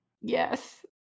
Yes